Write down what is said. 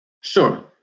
Sure